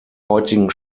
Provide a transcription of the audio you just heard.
heutigen